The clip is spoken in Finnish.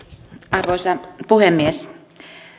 arvoisa puhemies